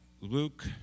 Luke